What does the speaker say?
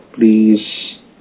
please